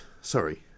sorry